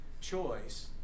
choice